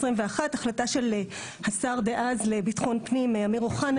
החלטה של השר דאז לביטחון פנים אמיר אוחנה,